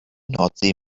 nordsee